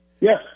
Yes